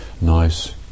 nice